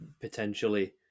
potentially